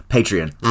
Patreon